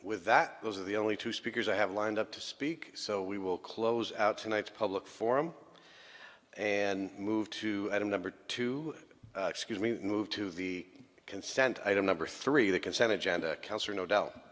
with that those are the only two speakers i have lined up to speak so we will close out tonight's public forum and move to item number two excuse me move to the consent item number three the consent of janda cancer no doubt